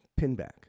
Pinback